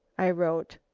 i wrote.